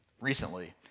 recently